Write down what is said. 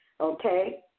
okay